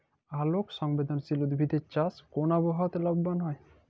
আলোক সংবেদশীল উদ্ভিদ এর চাষ কোন আবহাওয়াতে লাভবান হয়?